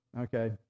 okay